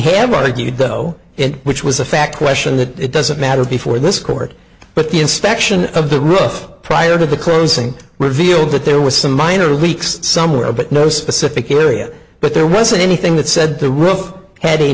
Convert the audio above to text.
have argued though in which was a fact question that it doesn't matter before this court but the inspection of the roof of prior to the closing revealed that there was some minor leaks somewhere but no specific area but there wasn't anything that said the